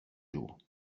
jours